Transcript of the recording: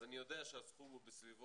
אז אני יודע שהסכום הוא בסביבות